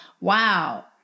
wow